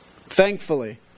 Thankfully